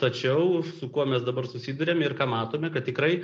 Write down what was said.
tačiau su kuo mes dabar susiduriam ir ką matome kad tikrai